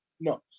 no